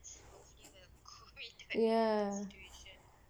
ya